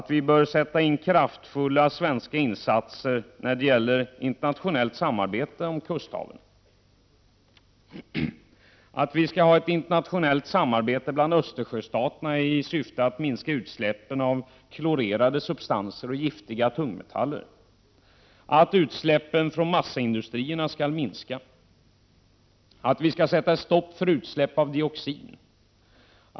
e Vi bör sätta in kraftfulla svenska insatser när det gäller internationellt samarbete om kusthaven. e Viskall ha ett internationellt samarbete mellan Östersjöstaterna i syfte att minska utsläppen av klorerade substanser och giftiga tungmetaller. e Utsläppen från massaindustrierna skall minska. e Vi skall sätta stopp för utsläpp av dioxin.